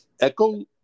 echo